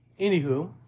anywho